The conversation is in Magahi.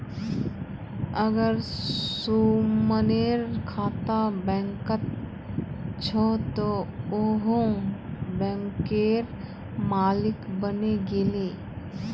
अगर सुमनेर खाता बैंकत छ त वोहों बैंकेर मालिक बने गेले